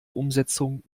umsetzung